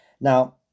Now